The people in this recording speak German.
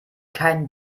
kein